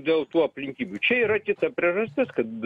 dėl tų aplinkybių čia yra kita priežastis kad